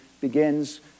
begins